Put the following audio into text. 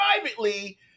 privately